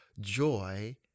joy